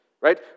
Right